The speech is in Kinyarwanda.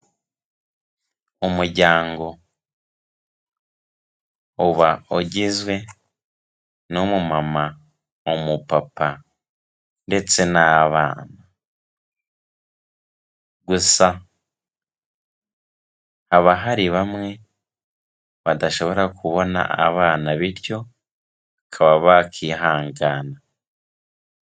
Umuryango uba ugizwe n'umumama, umupapa ndetse n'abana, gusa haba hari bamwe badashobora kubona abana bityo bakaba bakihangana.